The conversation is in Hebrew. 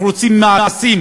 אנחנו רוצים מעשים: